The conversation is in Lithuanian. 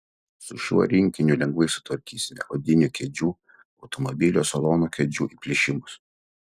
su šiuo rinkiniu lengvai sutvarkysime odinių kėdžių automobilio salono kėdžių įplyšimus